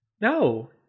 No